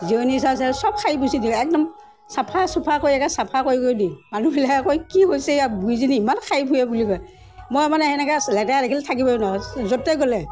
জিৰণি চৰা তৰা চব সাৰি পুচি দিওঁ একদম চাফা চুফা কৰি একে চাফা কৰি কৰি দিওঁ মানুহবিলাকে কয় কি কৰিছে এয়া বুঢ়ীজনী ইমান সাৰি ফুৰে বুলি কয় মই মানে এনেকৈ লেতেৰা দেখিলে থাকিবই নোৱাৰোঁ য'তে গ'লে